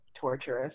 torturous